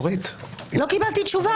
אורית --- לא קיבלתי תשובה,